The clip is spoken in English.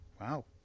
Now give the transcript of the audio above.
Wow